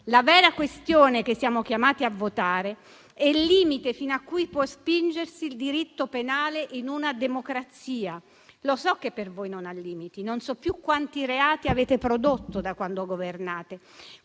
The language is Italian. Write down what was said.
la vera questione su cui siamo chiamati a votare è il limite fino a cui può spingersi il diritto penale in una democrazia. Lo so che per voi non ha limiti. Non so più quanti reati avete prodotto da quando governate.